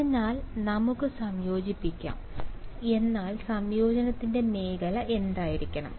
അതിനാൽ നമുക്ക് സംയോജിപ്പിക്കാം എന്നാൽ സംയോജനത്തിന്റെ മേഖല എന്തായിരിക്കണം